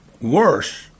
Worse